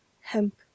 hemp